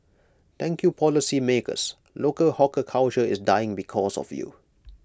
thank you policymakers local hawker culture is dying because of you